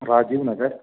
Rajiv Nagar